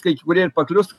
kai kurie ir paklius